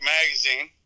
magazine